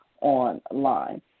online